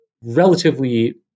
relatively